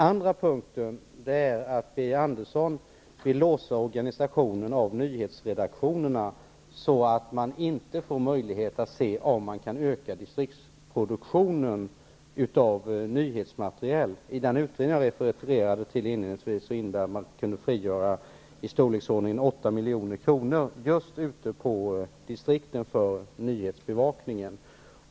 Birger Andersson vill låsa organisationen av nyhetsredaktionerna så att man inte får möjlighet att se om man kan öka distriktsproduktionen av nyhetsmaterial. Den utredning som jag refererade till inledningsvis innebär att man kan frigöra i storleksordningen 8 milj.kr. just ute i distrikten för nyhetsbevakningen.